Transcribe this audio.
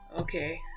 Okay